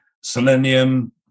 selenium